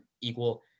equal